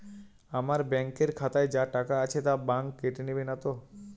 আমার ব্যাঙ্ক এর খাতায় যা টাকা আছে তা বাংক কেটে নেবে নাতো?